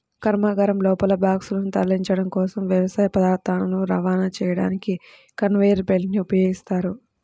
కర్మాగారం లోపల బాక్సులను తరలించడం కోసం, వ్యవసాయ పదార్థాలను రవాణా చేయడానికి కన్వేయర్ బెల్ట్ ని ఉపయోగిస్తారు